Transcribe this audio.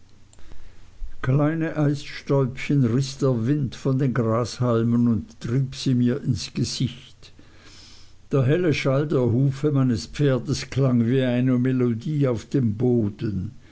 kleine eisstäubchen riß der wind von den grashalmen und trieb sie mir ins gesicht der helle schall der hufe meines pferdes klang wie eine melodie auf dem boden